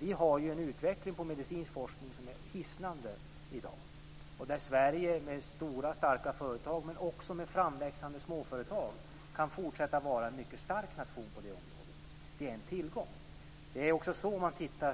Vi har i dag en hisnande utveckling inom den medicinska forskningen, där Sverige med stora och starka företag men också med framväxande småföretag kan fortsätta att vara en mycket stark nation. Det är en tillgång. Det är också,